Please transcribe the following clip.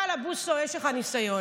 ואללה, בוסו, יש לך ניסיון.